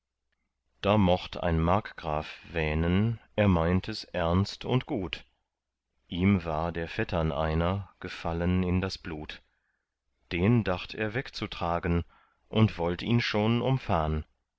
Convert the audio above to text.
da mocht ein markgraf wähnen er meint es ernst und gut ihm war der vettern einer gefallen in das blut den dacht er wegzutragen und wollt ihn schon umfahn